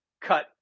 cut